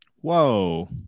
Whoa